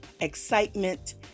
excitement